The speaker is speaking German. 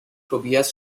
tobias